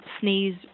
sneeze